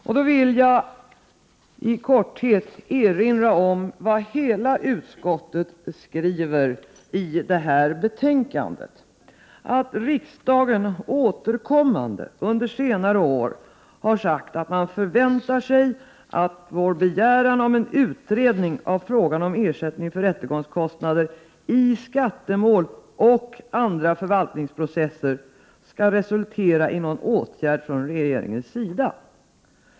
Jag vill i all korthet erinra om vad utskottet skriver i detta betänkande, nämligen att riksdagen återkommande under senare år har sagt att man förväntar sig att vår begäran om en utredning av frågan om ersättning för rättegångskostnader i skattemål och andra förvaltningsprocesser skall resultera i någon åtgärd från regeringens sida.